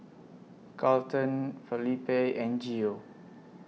Carlton Felipe and Geo